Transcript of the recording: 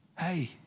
hey